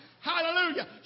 Hallelujah